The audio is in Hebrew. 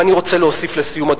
ואני רוצה להוסיף לסיום,